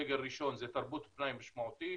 דגל ראשון זה תרבות פנאי משמעותית,